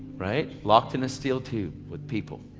right? locked in a steel tube with people.